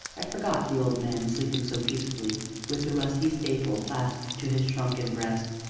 i forgot the old man sleeping so peacefully with the rusty staple clasped to his shrunken breast,